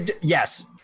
Yes